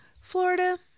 Florida